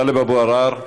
טלב אבו עראר,